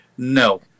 No